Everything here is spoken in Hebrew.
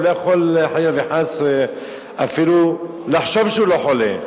הוא לא יכול חלילה וחס אפילו לחשוב שהוא לא חולה,